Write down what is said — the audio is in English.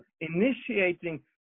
initiating